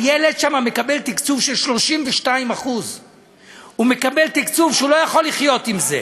הילד שם מקבל תקצוב של 32%. הוא מקבל תקצוב שהוא לא יכול לחיות אתו.